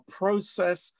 process